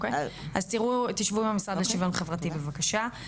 תשבו עם המשרד לשוויון חברתי בבקשה.